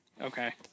Okay